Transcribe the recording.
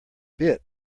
bit